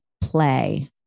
play